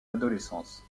adolescence